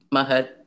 Mahat